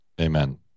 Amen